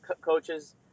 coaches